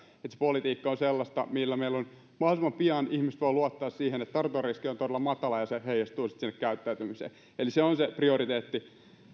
että se politiikka on sellaista että mahdollisimman pian ihmiset voivat luottaa siihen että tartuntariski on todella matala ja se heijastuu sitten käyttäytymiseen eli se on se prioriteetti